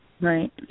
Right